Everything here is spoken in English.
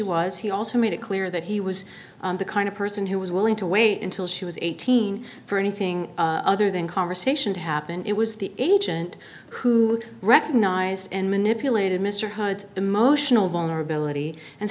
was he also made it clear that he was the kind of person who was willing to wait until she was eighteen for anything other than conversation to happen it was the agent who recognized and manipulated mr hood's emotional vulnerability and